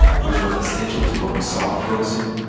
which was essential to what we saw in ferguson,